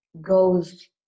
goes